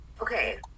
Okay